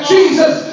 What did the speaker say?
Jesus